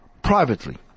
Privately